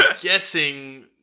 guessing